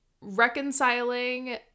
reconciling